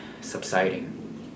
subsiding